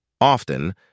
Often